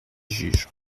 juge